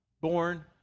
born